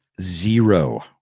Zero